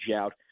out